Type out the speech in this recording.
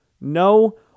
No